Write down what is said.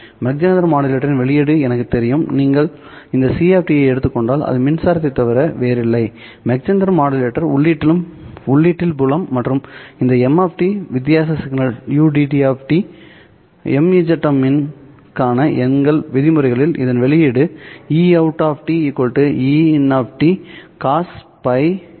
Mach Zehnder மாடுலேட்டரின் வெளியீடு எனக்குத் தெரியும் நீங்கள் இந்த C ஐ எடுத்துக் கொண்டால் அது மின்சாரத்தைத் தவிர வேறில்லை மாக் ஜெஹெண்டர் மாடுலேட்டர் உள்ளீட்டில் புலம் மற்றும் இந்த m வித்தியாச சிக்னல் ud MZM க்கான எங்கள் விதிமுறைகளில் இதன் வெளியீடு Eout E¿ cosπ ud 2V π